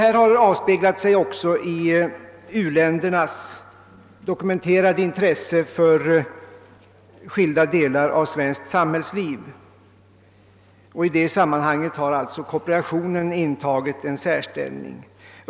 Detta har avspeglat sig också i u-ländernas dokumenterade intresse för skil da delar av svenskt samhällsliv. I det sammanhanget har kooperationen intagit en särställning.